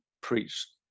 preached